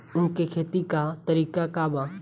उख के खेती का तरीका का बा?